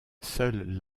seule